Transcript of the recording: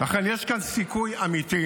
לכן יש כאן סיכוי אמיתי,